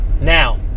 Now